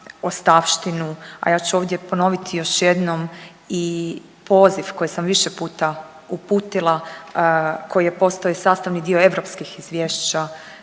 ostavštinu, a ja ću ovdje ponoviti još jednom i poziv koji sam više puta uputila koji je postao i sastavni dio europskih izvješća